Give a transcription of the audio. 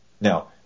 Now